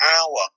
hour